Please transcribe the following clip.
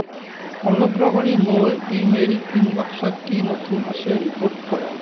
অনুগ্ৰহ কৰি মোৰ ইমেইল ইনবক্সত কি নতুন আছে ৰিপ'ৰ্ট কৰা